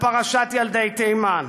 על פרשת ילדי תימן,